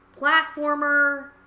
platformer